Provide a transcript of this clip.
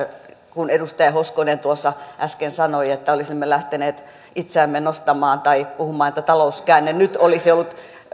kuin edustaja hoskonen tuossa äsken sanoi että olisimme lähteneet itseämme nostamaan tai puhumaan että talouskäänne nyt olisi ollut